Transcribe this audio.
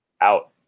Out